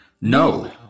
No